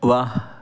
वाह